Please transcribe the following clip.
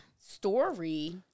story